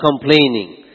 complaining